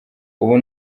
ubu